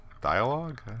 dialogue